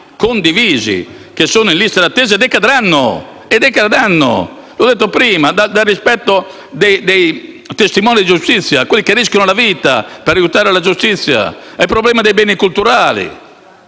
condivisi, che sono in lista d'attesa e decadranno. Li ho citati prima: si va dal rispetto dei testimoni di giustizia, che rischiano la vita per aiutare la giustizia, al problema dei beni culturali,